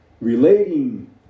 relating